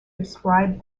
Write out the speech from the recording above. described